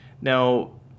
Now